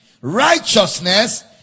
righteousness